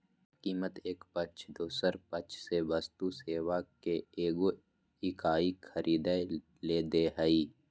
कीमत एक पक्ष दोसर पक्ष से वस्तु सेवा के एगो इकाई खरीदय ले दे हइ